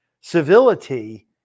Civility